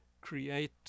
create